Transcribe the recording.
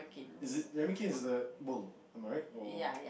is it ramekins is the mold am I right or